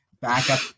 backup